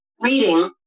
reading